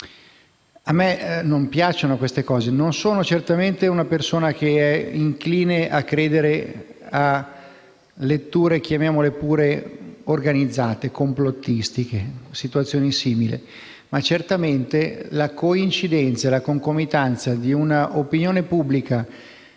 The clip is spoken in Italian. A me non piacciono queste cose. Non sono certamente una persona incline a credere a letture chiamiamole pure organizzate, complottistiche di situazioni simili; ma certamente la concomitanza di un'opinione pubblica